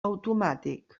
automàtic